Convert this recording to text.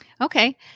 Okay